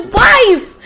wife